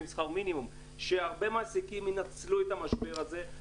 שכר מינימום שהרבה מעסיקים ינצלו את המשבר הזה,